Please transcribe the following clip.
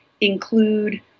include